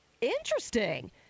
interesting